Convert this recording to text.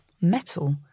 metal